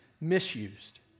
misused